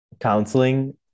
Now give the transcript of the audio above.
counseling